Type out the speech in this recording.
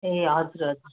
ए हजुर हजुर